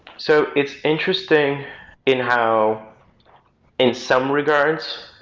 so it's interesting in how in some regards,